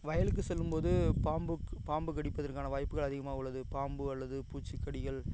வயலுக்கு செல்லும் போது பாம்பு பாம்பு கடிப்பதற்கான வாய்ப்புகள் அதிகமாக உள்ளது பாம்பு அல்லது பூச்சிக்கடிகள்